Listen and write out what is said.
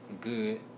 good